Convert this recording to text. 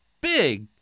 big